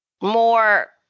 more